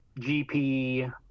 GP